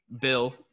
bill